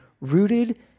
rooted